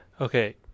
okay